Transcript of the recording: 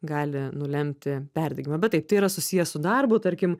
gali nulemti perdegimą bet taip tai yra susiję su darbu tarkim